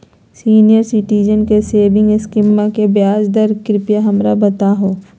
senior citizen के saving स्कीमवा के ब्याज दर कृपया हमरा बताहो